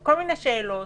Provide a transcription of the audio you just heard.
כל מיני שאלות